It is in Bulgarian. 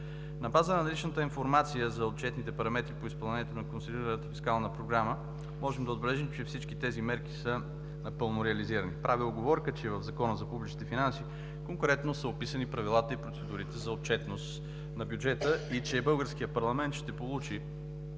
На база на наличната информация за отчетните параметри по изпълнението на консолидираната фискална програма можем да отбележим, че всички тези мерки са напълно реализирани. Правя уговорка, че в Закона за публичните финанси конкретно са описани правилата и процедурите за отчетност на бюджета и че българският парламент ще получи